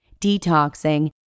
detoxing